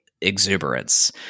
exuberance